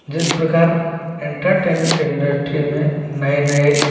जिस प्रकार entertainment industry में नए नए